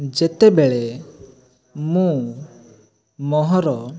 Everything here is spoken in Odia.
ଯେତେବେଳେ ମୁଁ ମୋହର